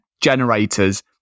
generators